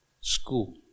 school